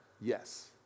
yes